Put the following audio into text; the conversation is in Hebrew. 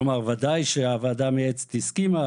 כלומר ודאי שהוועדה המייעצת הסכימה,